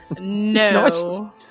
No